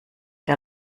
der